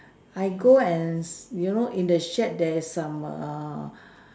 I go and you know in the shed there is some err